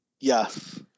Yes